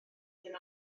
ddim